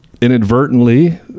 inadvertently